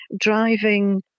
driving